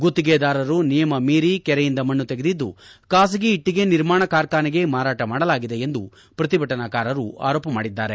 ಗುತ್ತಿಗೆದಾರರು ನಿಯಮ ಮೀರಿ ಕೆರೆಯಿಂದ ಮಣ್ಣು ತೆಗೆದಿದ್ದು ಖಾಸಗಿ ಇಟ್ಟಗೆ ನಿರ್ಮಾಣ ಕಾರ್ಖಾನೆಗೆ ಮಾರಾಟ ಮಾಡಲಾಗಿದೆ ಎಂದು ಪ್ರತಿಭಟನಾಕಾರರು ಆರೋಪ ಮಾಡಿದ್ದಾರೆ